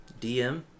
DM